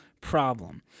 problem